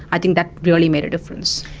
i think that really made a difference.